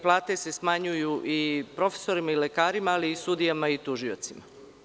Plate se smanjuju i profesorima i lekarima, ali i sudijama i tužiocima.